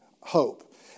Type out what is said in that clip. hope